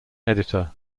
editor